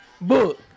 book